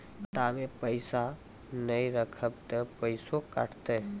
खाता मे पैसा ने रखब ते पैसों कटते?